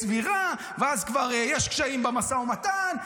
סבירה, ואז כבר יש קשיים במשא ומתן.